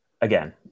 again